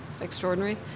extraordinary